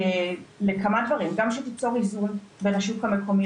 לכמה דברים: גם שתיצור איזון בין השוק המקומי